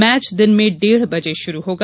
match दिन में डेढ़ बजे शुरु होगा